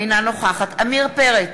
אינה נוכחת עמיר פרץ,